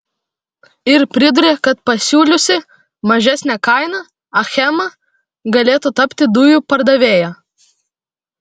ir priduria kad pasiūliusi mažesnę kainą achema galėtų tapti dujų pardavėja